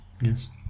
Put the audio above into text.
Yes